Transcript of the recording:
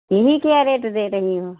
घी क्या रेट दे रही हो